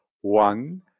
One